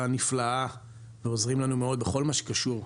נפלאה ועוזרים לנו מאוד בכל מה שקשור.